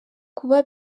kuba